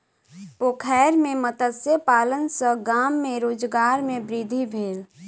पोखैर में मत्स्य पालन सॅ गाम में रोजगार में वृद्धि भेल